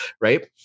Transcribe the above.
right